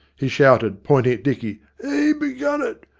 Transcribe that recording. he shouted, pointing at dicky. e begun it!